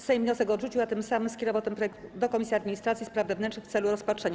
Sejm wniosek odrzucił, a tym samym skierował ten projekt do Komisji Administracji i Spraw Wewnętrznych w celu rozpatrzenia.